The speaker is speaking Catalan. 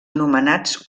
anomenats